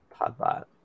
PodBot